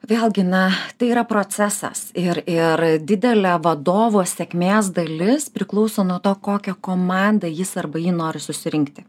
vėlgi na tai yra procesas ir ir didelė vadovo sėkmės dalis priklauso nuo to kokią komandą jis arba ji nori susirinkti